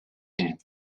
camp